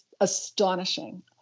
astonishing